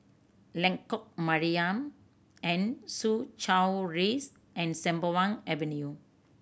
Lengkok Mariam and Soo Chow Rise and Sembawang Avenue